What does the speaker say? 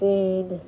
seen